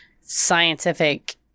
scientific